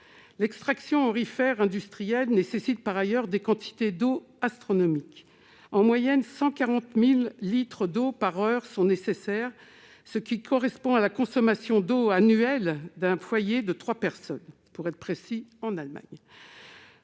L'extraction aurifère industrielle nécessite, par ailleurs, des quantités astronomiques d'eau. En moyenne, 140 000 litres d'eau par heure sont nécessaires, ce qui correspond à la consommation d'eau annuelle d'un foyer de trois personnes en Allemagne.